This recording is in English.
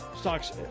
stocks